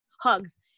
hugs